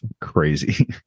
crazy